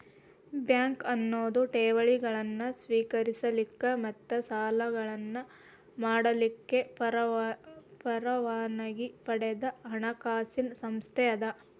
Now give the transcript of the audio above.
bank ಅನ್ನೊದು ಠೇವಣಿಗಳನ್ನ ಸ್ವೇಕರಿಸಲಿಕ್ಕ ಮತ್ತ ಸಾಲಗಳನ್ನ ಮಾಡಲಿಕ್ಕೆ ಪರವಾನಗಿ ಪಡದ ಹಣಕಾಸಿನ್ ಸಂಸ್ಥೆ ಅದ